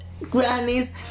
grannies